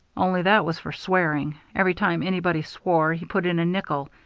only that was for swearing. every time anybody swore he put in a nickel,